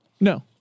No